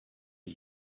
are